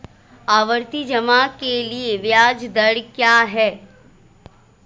आवर्ती जमा के लिए ब्याज दर क्या है?